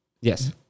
Yes